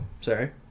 Sorry